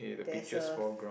there's a